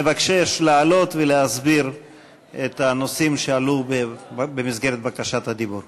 מבקש לעלות ולהסביר את הנושאים שעלו במסגרת בקשת הדיבור.